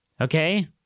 Okay